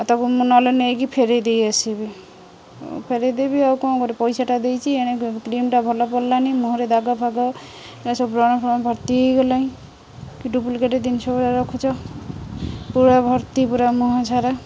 ଆଉ ତାକୁ ମୁଁ ନହେଲେ ନେଇକି ଫେରେଇ ଦେଇ ଆସିବି ଫେରେଇ ଦେବି ଆଉ କ'ଣ କରିବି ପଇସାଟା ଦେଇଛି ଏଣେ କ୍ରିମଟା ଭଲ ପଡ଼ିଲାନି ମୁହଁରେ ଦାଗ ଫାଗ ଏସବୁ ବ୍ରଣ ଫଣ ଭର୍ତ୍ତି ହୋଇଗଲାଣି କି ଡୁପ୍ଲିକେଟ୍ ଜିନିଷ ରଖୁଛ ପୁରା ଭର୍ତ୍ତି ପୁରା ମୁହଁ ସାରା